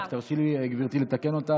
רק תרשי לי, גברתי, לתקן אותך.